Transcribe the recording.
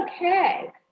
okay